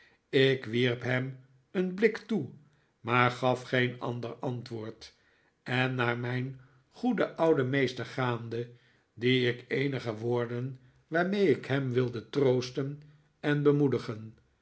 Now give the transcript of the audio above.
ik wierp hem een blik toe maar gaf geen ander antwoord en naar mijn goeden ouden meester gaande zei ik eenige woorden waarmee ik hem wilde troosten en bemoedigen